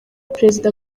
perezida